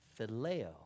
phileo